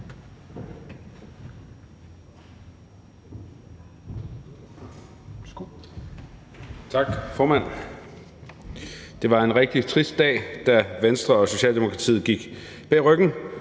Tak, formand. Det var en rigtig trist dag, da Venstre og Socialdemokratiet gik bag ryggen